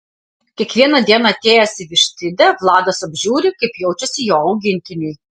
kiekvieną dieną atėjęs į vištidę vladas apžiūri kaip jaučiasi jo augintiniai